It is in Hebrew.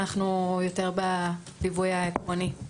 אנחנו יותר בליווי העקרוני.